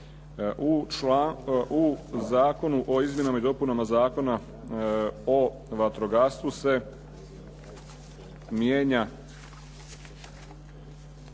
U Zakonu o izmjenama i dopunama Zakona o vatrogastvu se mijenja